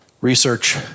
research